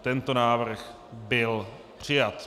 Tento návrh byl přijat.